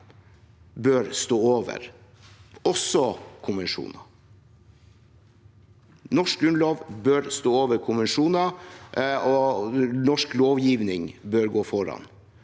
bør stå over – også over konvensjoner. Norsk grunnlov bør stå over konvensjoner, og norsk lovgivning bør gå foran.